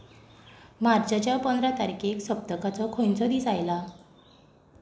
मार्चाच्या पंदरा तारखेक सप्तकाचो खंयचो दीस आयला